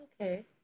Okay